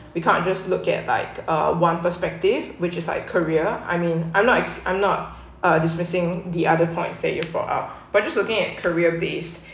we can't just look at like uh one perspective which is like career I mean I'm I'm not uh dismissing the other points that you for up but just looking at career based